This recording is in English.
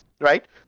right